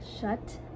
Shut